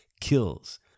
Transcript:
kills